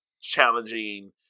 challenging